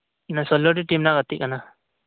ᱛᱤᱱᱟᱹᱜ ᱥᱳᱞᱞᱳᱴᱤ ᱴᱤᱢ ᱨᱮᱱᱟᱜ ᱜᱟᱛᱮᱜ ᱠᱟᱱᱟ